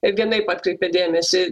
vienaip atkreipė dėmesį